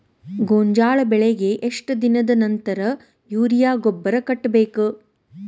ಗೋಂಜಾಳ ಬೆಳೆಗೆ ಎಷ್ಟ್ ದಿನದ ನಂತರ ಯೂರಿಯಾ ಗೊಬ್ಬರ ಕಟ್ಟಬೇಕ?